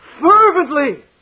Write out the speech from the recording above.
fervently